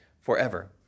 forever